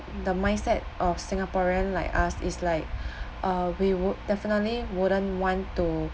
the mindset of singaporean like us is like uh we would definitely wouldn't want to